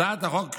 הצעת החוק שבנדון,